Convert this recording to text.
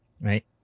right